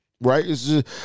right